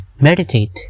meditate